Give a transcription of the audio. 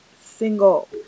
single